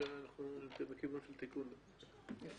הישיבה ננעלה בשעה 12:30.